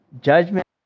judgment